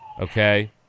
Okay